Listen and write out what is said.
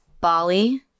bali